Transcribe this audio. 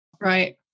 Right